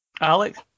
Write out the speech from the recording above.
Alex